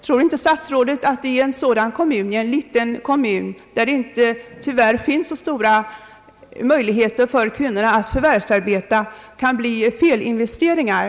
Tror inte statsrådet att det i en sådan liten kommun, där det tyvärr inte finns stora möjligheter för kvinnorna att få förvärvsarbete, kan bli felinvesteringar?